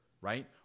right